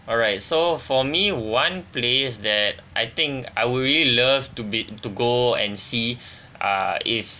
alright so for me one place that I think I would really love to be to go and see ah is